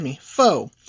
foe